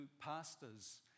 pastors